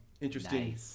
Interesting